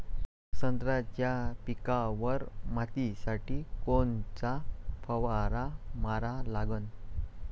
संत्र्याच्या पिकावर मायतीसाठी कोनचा फवारा मारा लागन?